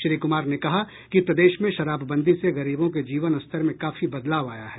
श्री क्मार ने कहा कि प्रदेश में शराबबंदी से गरीबों के जीवन स्तर में काफी बदलाव आया है